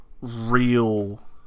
real